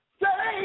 say